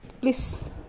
please